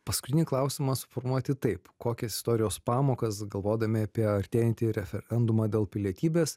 paskutinį klausimą suformuoti taip kokias istorijos pamokas galvodami apie artėjantį referendumą dėl pilietybės